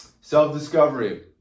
Self-discovery